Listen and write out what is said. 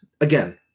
Again